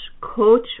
Coach